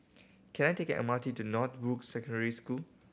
can I take M R T to Northbrooks Secondary School